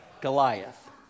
Goliath